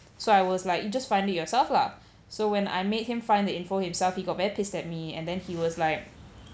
so I was like you just finding yourself lah so when I made him find the info himself he got very pissed at me and then he was like